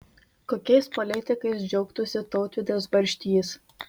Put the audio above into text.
kokiais politikais džiaugtųsi tautvydas barštys